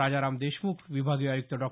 राजाराम देशम्ख विभागीय आयुक्त डॉ